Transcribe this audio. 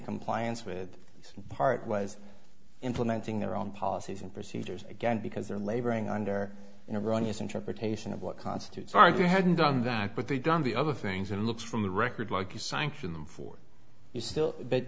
compliance with part was implementing their own policies and procedures again because they're laboring under your run your interpretation of what constitutes aren't you hadn't done that but they've done the other things and looks from the record like you sanction them for you still that